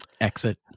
exit